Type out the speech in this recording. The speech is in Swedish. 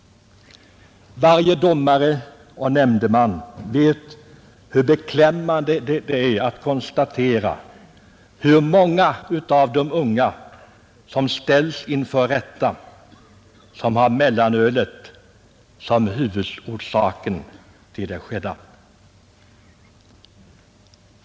Varje domare och nämndeman kan med beklämning konstatera att mellanölet varit huvudorsaken till att många av de unga ställts inför rätta.